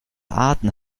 arten